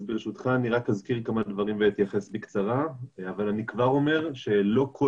ברשותך אני אזכיר כמה דברים ואתייחס בקצרה אבל אני כבר אומר שלא כל